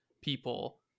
people